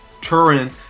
turin